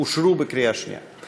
אושרו בקריאה שנייה.